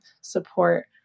support